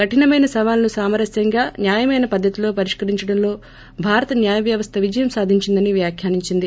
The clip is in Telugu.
కఠినమైన సవాలును సామరస్వంగా న్యాయమైన పద్ధతిలో పరిష్కరించడంలో భారత న్యాయ వ్యవస్థ విజయం సాధించిందని వ్యాఖ్యానించింది